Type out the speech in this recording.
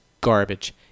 garbage